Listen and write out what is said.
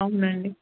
అవునండి